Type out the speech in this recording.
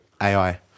AI